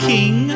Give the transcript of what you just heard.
King